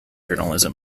journalism